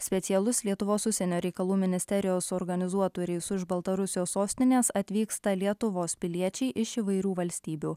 specialus lietuvos užsienio reikalų ministerijos organizuotu reisu iš baltarusijos sostinės atvyksta lietuvos piliečiai iš įvairių valstybių